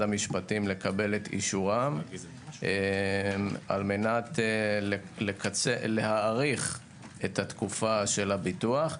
המשפטים לקבל את אישורם כדי להאריך את התקופה של הביטוח.